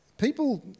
People